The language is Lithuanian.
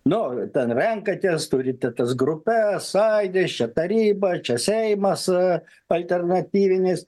nu ten renkatės turite tas grupes sąjūdis šią tarybą čia seimas alternatyvinis